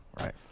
Right